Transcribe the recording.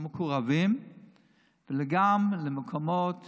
למקורבים וגם למקומות